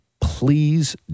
please